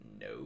No